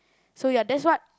so ya that's what